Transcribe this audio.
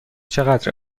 چقدر